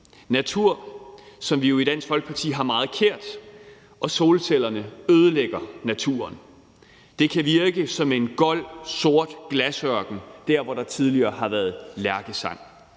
natur, som vi jo i Dansk Folkeparti har meget kær. Solcellerne ødelægger naturen. Det kan virke som en gold sort glasørken, hvor der tidligere har været lærkesang.